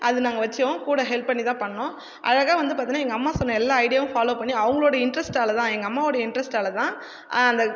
அது நாங்கள் வச்சோம் கூட ஹெல்ப் பண்ணிதான் பண்ணோம் அழகாக வந்து பார்த்தம்னா எங்கள் அம்மா சொன்ன எல்லா ஐடியாவும் ஃபாலோ பண்ணி அவங்களோடய இன்ட்ரஸ்ட்டால் தான் எங்கள் அம்மாவடைய இன்ட்ரஸ்ட்டால் தான் அந்த